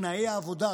תנאי העבודה,